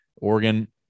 Oregon